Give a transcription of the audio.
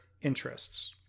interests